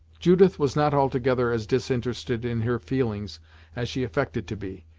judith was not altogether as disinterested in her feelings as she affected to be.